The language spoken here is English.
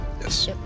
Yes